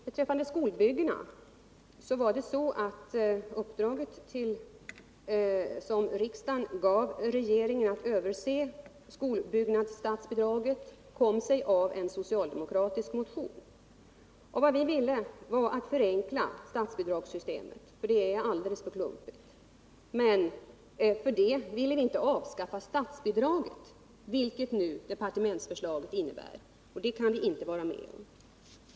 Beträffande skolbyggena vill jag påpeka att riksdagens uppdrag till regeringen att se över statsbidraget till skolbyggen föranleddes av en socialdemokratisk motion. Vi ville förenkla statsbidragssystemet, eftersom detta är alldeles för klumpigt. Men för den skull ville vi inte avskaffa statsbidraget, som ju departementsförslaget syftar till. Det kan vi inte vara med om.